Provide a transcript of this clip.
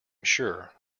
sure